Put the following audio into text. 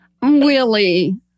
Willie